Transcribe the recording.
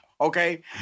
okay